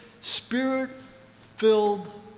spirit-filled